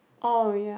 oh ya